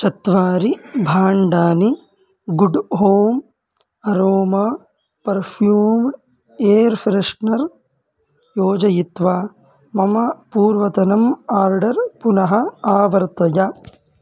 चत्वारि भाण्डानि good home aroma perfume air freshener योजयित्वा मम पूर्वतनम् आर्डर् पुनः आवर्तय